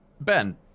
Ben